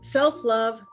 self-love